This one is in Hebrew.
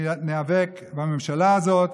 ניאבק בממשלה הזאת,